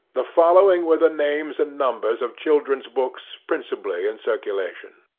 the following were the names and numbers of children's books principally in circulation